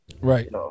Right